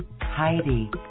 Heidi